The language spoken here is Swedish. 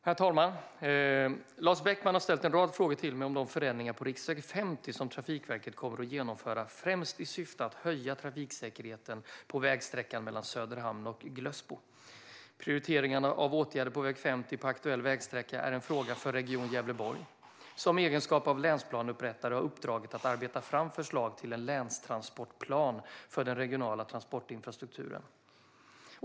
Herr talman! Lars Beckman har ställt en rad frågor till mig om de förändringar på riksväg 50 som Trafikverket kommer att genomföra främst i syfte att höja trafiksäkerheten på vägsträckan mellan Söderhamn och Glössbo. Prioriteringar av åtgärder på väg 50 på aktuell vägsträcka är en fråga för Region Gävleborg, som i egenskap av länsplaneupprättare har uppdraget att arbeta fram förslag till en länstransportplan för den regionala transportinfrastrukturen.